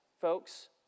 folks